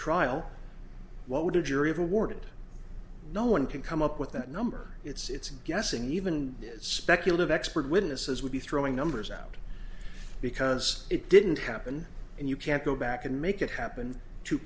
trial what would a jury of awarded no one can come up with that number it's guessing even is speculative expert witnesses would be throwing numbers out because it didn't happen and you can't go back and make it happen to